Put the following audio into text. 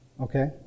Okay